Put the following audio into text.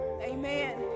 Amen